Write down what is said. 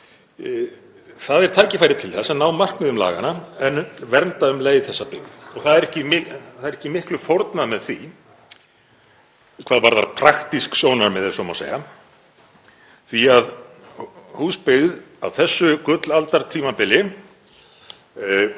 Það er tækifæri til þess að ná markmiðum laganna en vernda um leið þessa byggð og það er ekki miklu fórnað með því hvað varðar praktísk sjónarmið, ef svo má segja, því að hús byggð á þessu gullaldartímabili